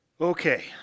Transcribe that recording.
Okay